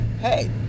Hey